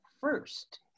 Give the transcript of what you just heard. first